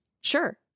sure